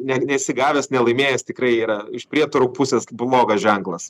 ne nesi gavęs nelaimėjęs tikrai yra iš prietarų pusės blogas ženklas